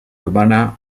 urbana